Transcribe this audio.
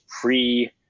pre